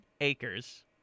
acres